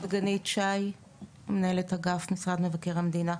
אני מנהלת אגף במשרד מבקר המדינה.